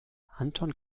anton